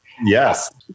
Yes